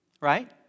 Right